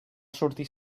sortir